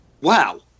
wow